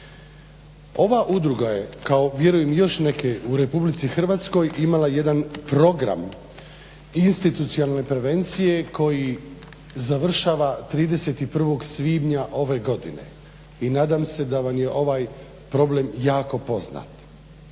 Ova udruga je kao vjerujem i još neke u RH imala jedan program institucionalne prevencije koji završava 31. svibnja ove godine i nadam se da vam je ovaj problem jako poznat.